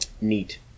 Neat